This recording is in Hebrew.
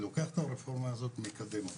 לוקח את הרפורמה הזאת ומקדם אותה,